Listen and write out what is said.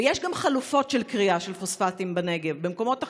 ויש גם חלופות של כרייה של פוספטים בנגב במקומות אחרים.